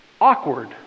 awkward